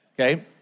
okay